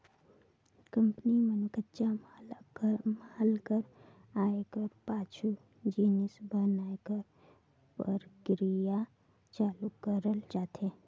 company में कच्चा माल कर आए कर पाछू जिनिस बनाए कर परकिरिया चालू करल जाथे